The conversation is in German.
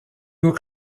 nur